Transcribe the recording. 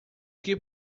que